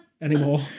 anymore